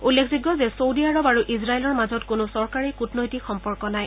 উল্লেখযোগ্য যে চৌদী আৰৱ আৰু ইজৰাইলৰ মাজত কোনো চৰকাৰী কূটনৈতিক সম্পৰ্ক নাই